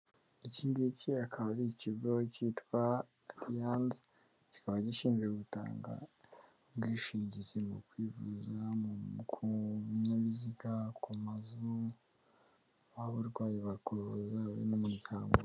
Iki ngiki akaba ari ikigo cyitwa Aliyanza kikaba gishinzwe gutanga ubwishingizi mu kwivuza, ku binyabiziga, ku mazu, waba urwaye bakuvuza wowe n'umuryango.